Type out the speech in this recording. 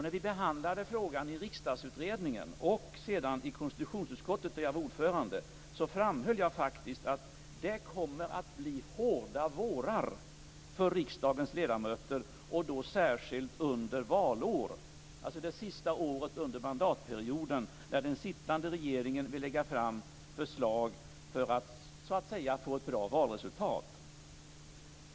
När vi behandlade frågan i Riksdagsutredningen och sedan i konstitutionsutskottet, där jag var ordförande, framhöll jag faktiskt att det kommer att bli hårda vårar för riksdagens ledamöter, särskilt under ett valår, det sista året under mandatperioden då den sittande regeringen vill lägga fram förslag för att så att säga få ett bra valresultat.